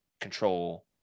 control